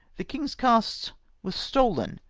the king's casks were stolen,